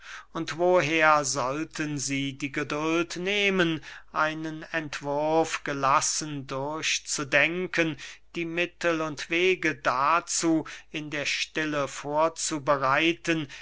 und woher sollten sie die geduld nehmen einen entwurf gelassen durchzudenken die mittel und wege dazu in der stille vorzubereiten